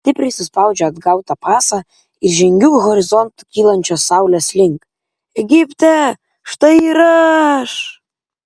stipriai suspaudžiu atgautą pasą ir žengiu horizontu kylančios saulės link egipte štai ir aš